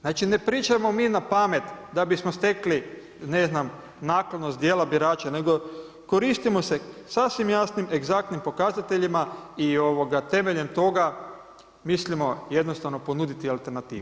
Znači ne pričamo mi na pamet da bismo stekli ne znam, naklonost djela birača, nego koristimo se sasvim jasnim egzaktnim pokazateljima i temeljem toga mislim jednostavno ponuditi alternativu.